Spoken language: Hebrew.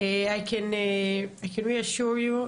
אני אציג אותך לפני,